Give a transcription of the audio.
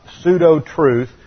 pseudo-truth